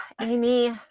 Amy